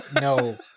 No